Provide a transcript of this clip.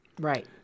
Right